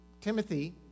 Timothy